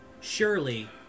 Surely